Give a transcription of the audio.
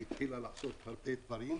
כשהתחילה לעשות הרבה דברים.